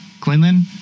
Quinlan